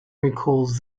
recalls